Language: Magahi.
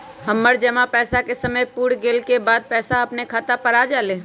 हमर जमा पैसा के समय पुर गेल के बाद पैसा अपने खाता पर आ जाले?